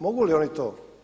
Mogu li oni to?